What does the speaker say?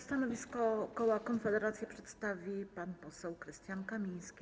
Stanowisko koła Konfederacja przedstawi pan poseł Krystian Kamiński.